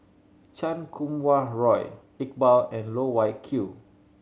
Chan Kum Wah Roy Iqbal and Loh Wai Kiew